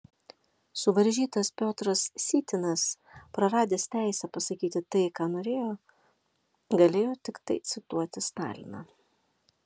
suvaržytas piotras sytinas praradęs teisę pasakyti tai ką norėjo galėjo tiktai cituoti staliną